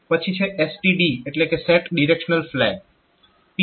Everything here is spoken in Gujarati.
પછી છે STD એટલે કે સેટ ડિરેક્શન ફ્લેગ